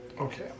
Okay